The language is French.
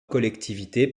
collectivités